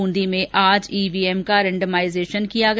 ब्रंदी में आज ईवीएम का रेण्डमाइजेशन किया गया